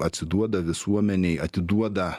atsiduoda visuomenei atiduoda